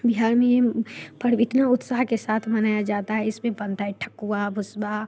बिहार में ये पर्व इतना उत्साह के साथ मनाया जाता है इसमें बनता है ठेकुआ भुसबा